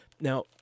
Now